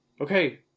Okay